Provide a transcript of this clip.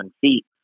feet